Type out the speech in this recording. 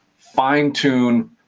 fine-tune